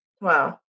Wow